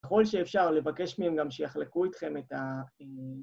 בכל שאפשר לבקש מהם גם שיחלקו אתכם את ה...